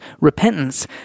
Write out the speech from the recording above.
repentance